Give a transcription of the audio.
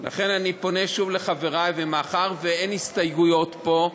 אני פונה שוב לחברי, מאחר שאין פה הסתייגויות,